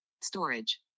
storage